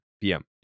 PM